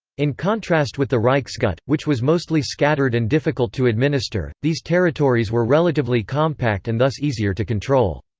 in contrast with the reichsgut, which was mostly scattered and difficult to administer, these territories were relatively compact and thus easier to control.